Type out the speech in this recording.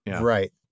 Right